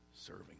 serving